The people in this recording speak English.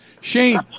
Shane